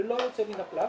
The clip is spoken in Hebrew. ללא יוצא מהכלל,